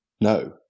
No